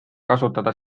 kasutada